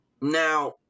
Now